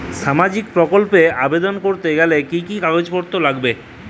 সামাজিক প্রকল্প এ আবেদন করতে গেলে কি কাগজ পত্র লাগবে?